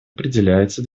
определяется